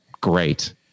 Great